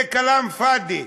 זה כלאם פאדי.